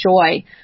joy